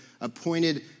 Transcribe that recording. appointed